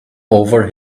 over